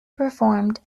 performed